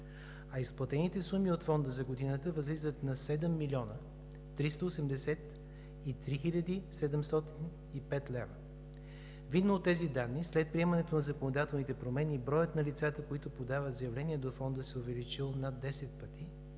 а изплатените суми от Фонда за годината възлизат на 7 млн. 383 хил. 705 лв. Видно от тези данни, след приемането на законодателните промени, броят на лицата, които подават заявления до Фонда, се е увеличил над 10 пъти,